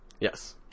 Yes